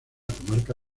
comarca